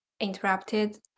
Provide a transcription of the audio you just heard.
interrupted